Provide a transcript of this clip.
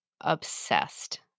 obsessed